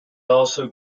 also